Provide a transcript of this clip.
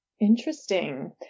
interesting